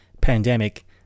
pandemic